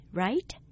right